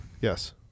yes